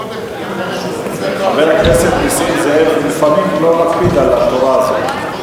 חבר הכנסת נסים זאב לפעמים לא מקפיד על התורה הזאת.